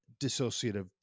dissociative